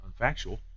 unfactual